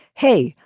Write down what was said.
hey,